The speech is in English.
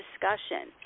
discussion